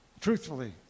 Truthfully